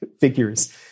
figures